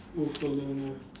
go further or not